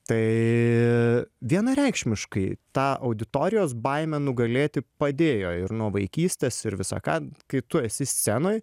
tai vienareikšmiškai tą auditorijos baimę nugalėti padėjo ir nuo vaikystės ir visą ką kai tu esi scenoj